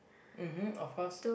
mmhmm of course